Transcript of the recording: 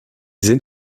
sind